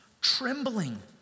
trembling